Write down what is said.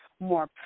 more